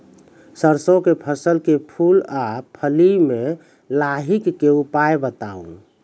सरसों के फसल के फूल आ फली मे लाहीक के उपाय बताऊ?